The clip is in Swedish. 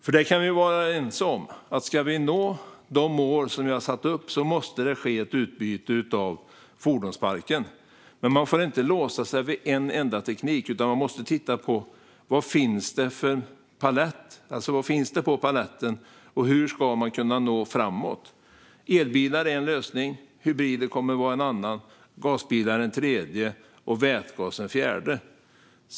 Vi kan vara ense om att ska vi nå de mål som vi har satt upp så måste det ske ett utbyte av fordonsparken. Man får dock inte låsa sig vid en enda teknik, utan man måste titta på hela paletten och hur man ska kunna nå framåt. Elbilar är en lösning, hybrider kommer att vara en annan, gasbilar en tredje och vätgas en fjärde.